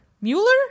Mueller